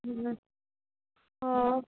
ꯎꯝ ꯑꯣ